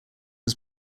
was